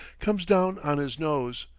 comes down on his nose,